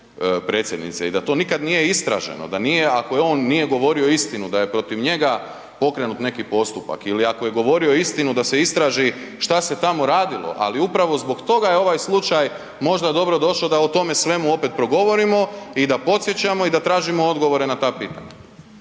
predsjednice i da to nikad nije istraženo, da nije, ako on nije govorio istinu da je protiv njega pokrenut neki postupak ili ako je govorio istinu da se istraži što se tamo radilo, ali upravo zbog toga je ovaj slučaj možda dobro došao da o tome svemu opet progovorimo i da podsjećamo i da tražimo odgovore na ta pitanja.